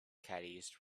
caddies